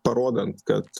parodant kad